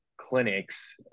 clinics